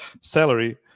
salary